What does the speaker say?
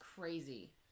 crazy